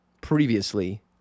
previously